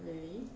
really